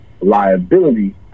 Liability